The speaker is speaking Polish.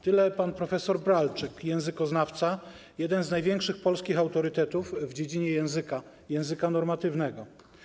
Tyle pan prof. Bralczyk, językoznawca, jeden z największych polskich autorytetów w dziedzinie języka normatywnego.